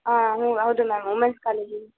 ಆಂ ಹ್ಞೂ ಹೌದು ma'am women's college